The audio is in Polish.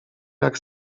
jak